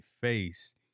face